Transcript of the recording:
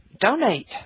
donate